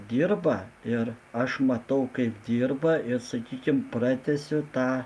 dirba ir aš matau kaip dirba ir sakykim pratęsiu tą